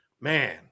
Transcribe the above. Man